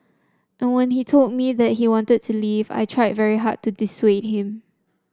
and when he told me that he wanted to leave I tried very hard to dissuade him